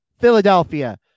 philadelphia